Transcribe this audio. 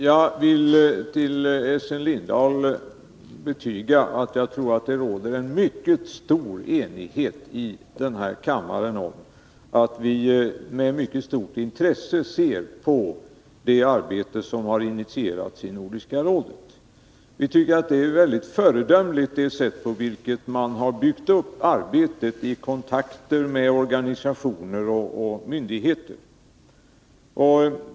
Herr talman! Jag vill för Essen Lindahl betyga att det råder en mycket stor enighet i den här kammaren om att vi med mycket stort intresse ser på det arbete som har initierats i Nordiska rådet. Vi tycker att det är ett mycket föredömligt sätt man byggt upp arbetet på, i kontakt med organisationer och myndigheter.